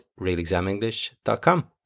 realexamenglish.com